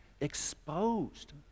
exposed